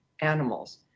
animals